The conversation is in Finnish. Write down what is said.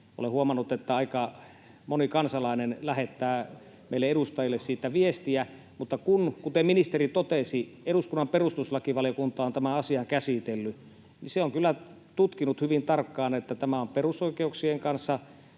Olen huomannut, että aika moni kansalainen lähettää meille edustajille siitä viestiä, mutta kuten ministeri totesi, kun eduskunnan perustuslakivaliokunta on tämän asian käsitellyt, niin se on kyllä tutkinut hyvin tarkkaan, että tämä on perusoikeuksien kanssa